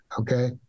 okay